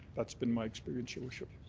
that's been my experience, your worship.